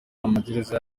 amagereza